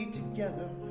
together